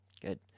good